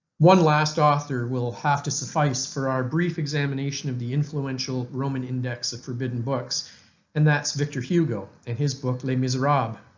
one last author will have to suffice for our brief examination of the influential roman index of forbidden books and that's victor hugo. in his book les miserables,